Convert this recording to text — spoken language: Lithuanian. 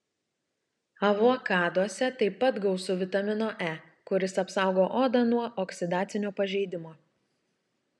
avokaduose taip pat gausu vitamino e kuris apsaugo odą nuo oksidacinio pažeidimo